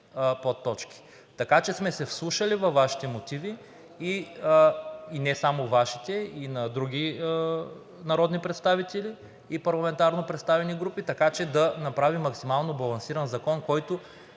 подточки. Ние сме се вслушали във Вашите мотиви и не само Вашите, а и на други народни представители и парламентарно представени групи, така че да направим максимално балансиран закон, който